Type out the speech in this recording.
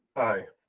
aye.